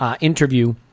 interview